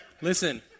listen